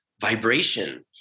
vibration